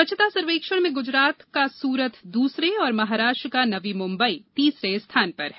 स्वच्छता सर्वेक्षण में गुजरात का सूरत दूसरे और महाराष्ट्र का नबी मुम्बई तीसरे स्थान पर हैं